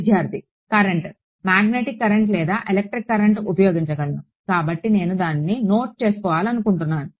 విద్యార్థి current magnetic current లేదా electric current ఉపయోగించగలను కాబట్టి నేను దానిని నోట్ చేసుకోవాలనుకుంటున్నాను